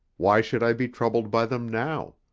why should i be troubled by them now?